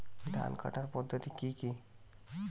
ধান কাটার পদ্ধতি কি কি?